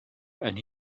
and